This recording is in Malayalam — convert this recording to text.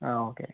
ആ ഓക്കെ